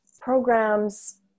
programs